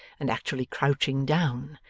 and actually crouching down,